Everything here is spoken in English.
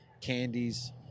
Candies